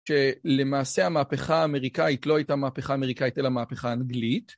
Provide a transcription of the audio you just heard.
שלמעשה המהפכה האמריקאית לא הייתה מהפכה אמריקאית אלא מהפכה אנגלית